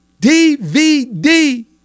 DVD